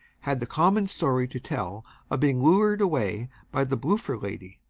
had the common story to tell of being lured away by the bloofer lady.